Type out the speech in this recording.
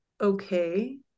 okay